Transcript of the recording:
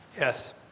Yes